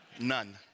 None